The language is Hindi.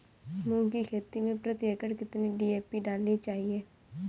मूंग की खेती में प्रति एकड़ कितनी डी.ए.पी डालनी चाहिए?